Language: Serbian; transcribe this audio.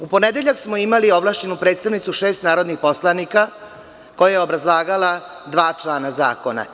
U ponedeljak smo imali ovlašćenu predstavnicu šest narodnih poslanika koja je obrazlagala dva člana zakona.